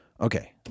Okay